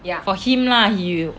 for him lah he will